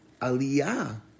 aliyah